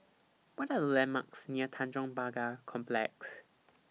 What Are The landmarks near Tanjong Pagar Complex